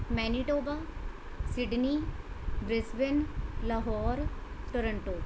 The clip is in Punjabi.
Manitoba Sydney Brisbane Lahore Toronto